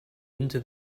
into